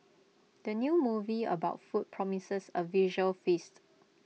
the new movie about food promises A visual feast